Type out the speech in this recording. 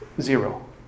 zero